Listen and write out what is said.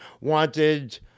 wanted